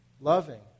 Loving